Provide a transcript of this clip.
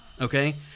Okay